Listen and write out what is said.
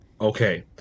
Okay